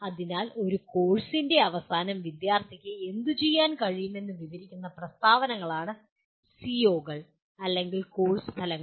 അതിനാൽ ഒരു കോഴ്സിന്റെ അവസാനം വിദ്യാർത്ഥിക്ക് എന്തുചെയ്യാൻ കഴിയുമെന്ന് വിവരിക്കുന്ന പ്രസ്താവനകളാണ് സിഒകൾ അല്ലെങ്കിൽ കോഴ്സ് ഫലങ്ങൾ